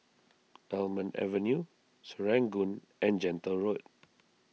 Almond Avenue Serangoon and Gentle Road